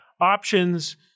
options